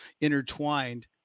intertwined